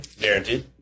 Guaranteed